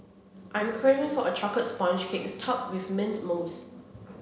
I am craving for a chocolate sponge cake topped with mint mousse